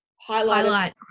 highlight